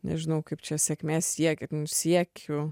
nežinau kaip čia sėkmės siekį siekiu